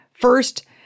First